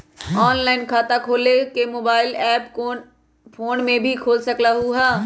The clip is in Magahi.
ऑनलाइन खाता खोले के मोबाइल ऐप फोन में भी खोल सकलहु ह?